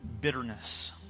bitterness